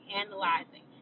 analyzing